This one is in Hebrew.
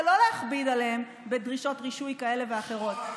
ולא להכביד עליהם בדרישות רישוי כאלה ואחרות.